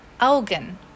augen